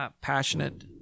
passionate